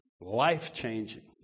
life-changing